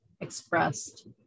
expressed